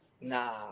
nah